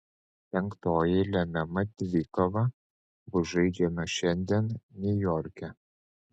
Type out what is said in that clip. penktoji lemiama dvikova bus žaidžiama šiandien niujorke